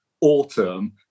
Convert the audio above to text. autumn